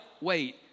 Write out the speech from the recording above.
wait